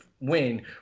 win